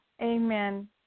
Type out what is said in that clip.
amen